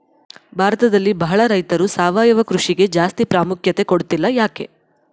ಭಾರತದಲ್ಲಿ ಬಹಳ ರೈತರು ಸಾವಯವ ಕೃಷಿಗೆ ಜಾಸ್ತಿ ಪ್ರಾಮುಖ್ಯತೆ ಕೊಡ್ತಿಲ್ಲ ಯಾಕೆ?